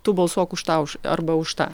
tu balsuok už tą už arba už tą